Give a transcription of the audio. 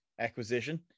acquisition